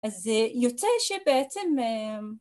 ‫אז זה יוצא שבעצם...